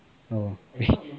oh